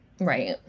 right